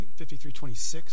5326